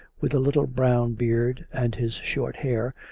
with a little brown beard, and his short hair,